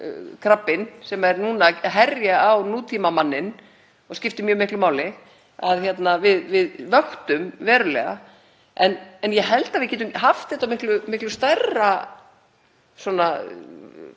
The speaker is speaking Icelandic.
krabbinn sem nú herjar á nútímamanninn og skiptir mjög miklu máli að við vöktum vel. En ég held að við getum haft þetta á miklu stærra sviði,